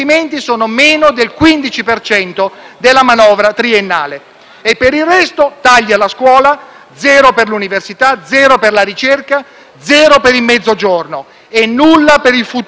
Per il resto: tagli alla scuola, zero per l'università, zero per la ricerca, zero per il Mezzogiorno e nulla per il futuro di questo Paese.